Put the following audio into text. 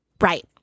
Right